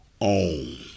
own